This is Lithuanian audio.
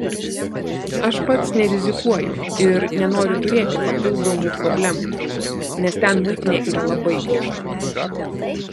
aš pats nerizikuoju ir nenoriu turėti papildomų problemų nes ten muitinė yra labai griežta